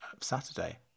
saturday